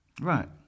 Right